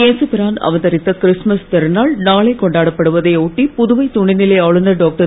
ஏசு பிரான் அவதரித்த கிறிஸ்துமஸ் திருநாள் நாளை கொண்டாடப்படுவதை ஒட்டி புதுவை துணைநிலை ஆளுநர் டாக்டர்